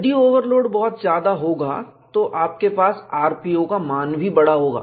यदि ओवरलोड बहुत ज्यादा होगा तो आपके पास rpo का मान भी बड़ा होगा